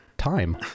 Time